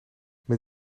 met